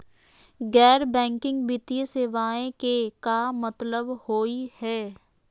गैर बैंकिंग वित्तीय सेवाएं के का मतलब होई हे?